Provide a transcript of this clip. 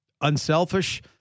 unselfish